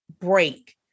break